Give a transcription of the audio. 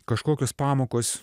kažkokios pamokos